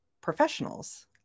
professionals